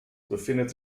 befindet